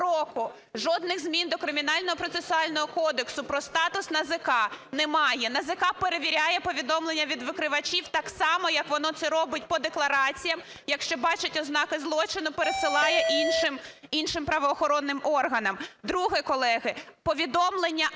Жодних змін до Кримінального процесуального кодексу про статус НАЗК немає. НАЗК перевіряє повідомлення від викривачів так само, як воно це робить по деклараціям, якщо бачать ознаки злочину, пересилає іншим правоохоронним органам. Друге, колеги. Повідомлення